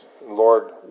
Lord